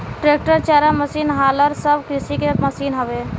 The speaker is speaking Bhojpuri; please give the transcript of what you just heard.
ट्रेक्टर, चारा मसीन, हालर सब कृषि के मशीन हवे